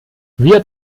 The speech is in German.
wir